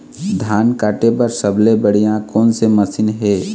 धान काटे बर सबले बढ़िया कोन से मशीन हे?